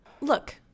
Look